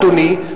אדוני,